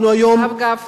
אנחנו היום, הרב גפני.